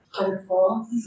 Wonderful